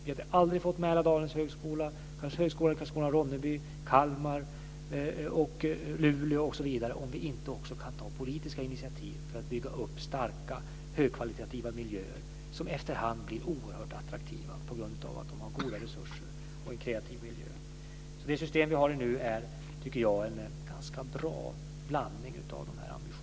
Vi hade aldrig fått Mälardalens högskola, Högskolan Luleå osv. om vi inte hade kunnat ta politiska initiativ för att bygga upp starka högkvalitativa och kreativa miljöer som efter hand blivit oerhört attraktiva på grund av att de har goda resurser. Det system vi har nu tycker jag är en ganska bra blandning av de här ambitionerna.